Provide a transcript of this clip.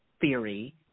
theory